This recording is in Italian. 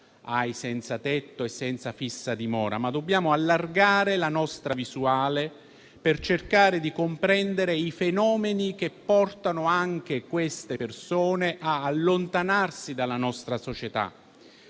ai senzatetto e senza fissa dimora, ma dobbiamo allargare la nostra visuale per cercare di comprendere i fenomeni che portano anche queste persone ad allontanarsi dalla nostra società.